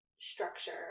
structure